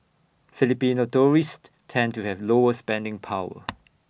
Filipino tourists tend to have lower spending power